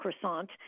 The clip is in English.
croissant